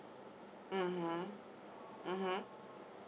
(uh huh) (uh huh)